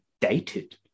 dated